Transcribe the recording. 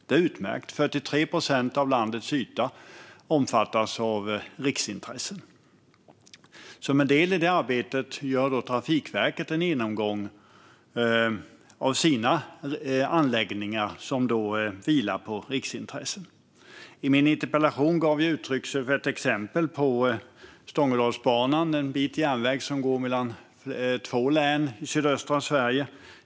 Det är utmärkt; 43 procent av landets yta omfattas av riksintressen. Som en del i detta arbete gör Trafikverket en genomgång av de av verkets anläggningar som vilar på riksintressen. I min interpellation tog jag upp ett exempel, nämligen Stångådalsbanan. Det är en bit järnväg som går mellan två län i sydöstra Sverige.